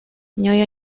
new